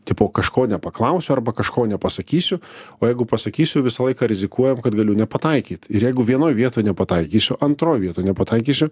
tipo kažko nepaklausiu arba kažko nepasakysiu o jeigu pasakysiu visą laiką rizikuojam kad galiu nepataikyt ir jeigu vienoj vietoj nepataikysiu antroj vietoj nepataikysiu